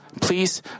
Please